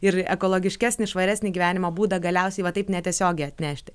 ir ekologiškesnį švaresnį gyvenimo būdą galiausiai va taip netiesiogiai atnešti